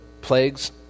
plagues